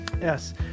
Yes